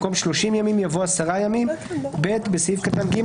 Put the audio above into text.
במקום "שלושים ימים" יבוא "עשרה ימים"; בסעיף קטן (ג),